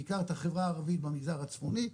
בעיקר את החברה הערבית במגזר הצפוני,